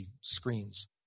screens